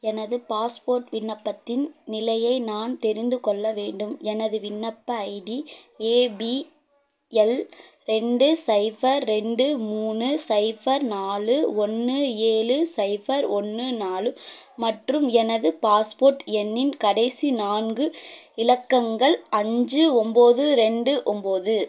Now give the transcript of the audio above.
எனது பாஸ்போர்ட் விண்ணப்பத்தின் நிலையை நான் தெரிந்து கொள்ள வேண்டும் எனது விண்ணப்ப ஐடி ஏ பி எல் ரெண்டு சைஃபர் ரெண்டு மூணு சைஃபர் நாலு ஒன்று ஏழு சைஃபர் ஒன்று நாலு மற்றும் எனது பாஸ்போர்ட் எண்ணின் கடைசி நான்கு இலக்கங்கள் அஞ்சு ஒம்போது ரெண்டு ஒம்போது